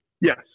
Yes